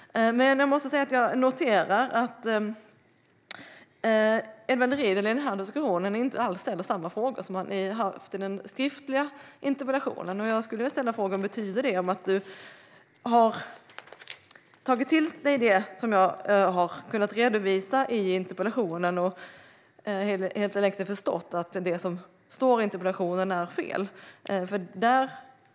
Jag måste säga att jag noterar att Edward Riedl inte alls ställer samma frågor i diskussionen som han gjorde i sin interpellation, och jag skulle vilja fråga: Betyder det att du har tagit till dig det jag har kunnat redovisa i interpellationssvaret och att du helt enkelt förstått att det som står i interpellationen är fel, Edward Riedl?